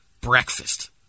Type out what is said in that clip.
breakfast